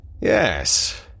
Yes